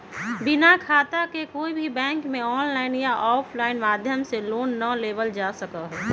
बिना खाता के कोई भी बैंक में आनलाइन या आफलाइन माध्यम से लोन ना लेबल जा सका हई